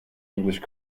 english